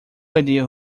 idea